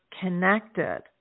connected